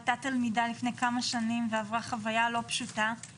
היתה תלמידה לפני כמה שנים ועברה חוויה לא פשוטה.